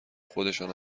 خودشان